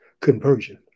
conversion